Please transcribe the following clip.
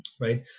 Right